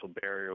barrier